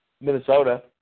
Minnesota